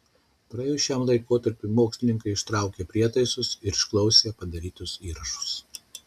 praėjus šiam laikotarpiui mokslininkai ištraukė prietaisus ir išklausė padarytus įrašus